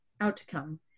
outcome